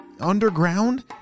underground